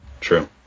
True